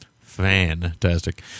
fantastic